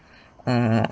err